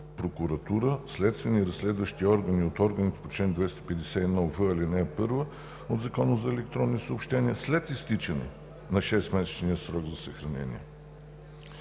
прокуратура, следствени и разследващи органи и от органите по чл. 251в, ал. 1 от Закона за електронните съобщения след изтичане на 6-месечния срок за съхранение.